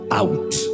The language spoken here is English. out